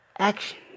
action